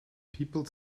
people